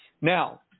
Now